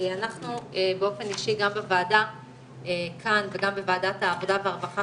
אנחנו באופן אישי גם בוועדה כאן וגם בוועדת העבודה והרווחה,